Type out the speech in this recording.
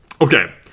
Okay